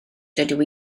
dydw